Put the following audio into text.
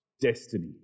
destiny